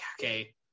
okay